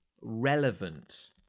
relevant